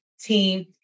team